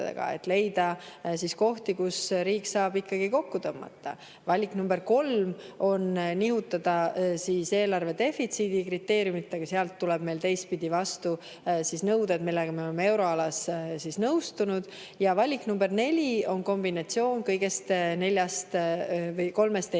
ehk leida kohti, kust riik saab kokku tõmmata. Valik nr 3 on nihutada eelarvedefitsiidi kriteeriumit, aga sealt tulevad meile teistpidi vastu nõuded, millega me oleme euroalas nõustunud. Ja valik nr 4 on kombinatsioon kõigist kolmest eelnevast.